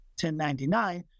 1099